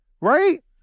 right